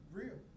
real